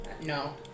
No